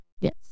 Yes